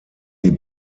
die